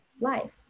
life